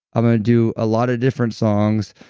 i'm going to do a lot of different songs,